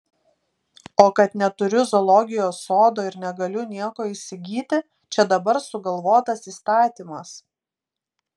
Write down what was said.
o kad neturiu zoologijos sodo ir negaliu nieko įsigyti čia dabar sugalvotas įstatymas